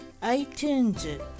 iTunes